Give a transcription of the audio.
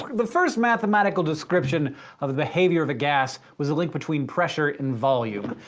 the first mathematical description of a behavior of a gas was a link between pressure and volume.